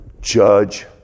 judge